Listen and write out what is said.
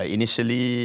Initially